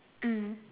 mm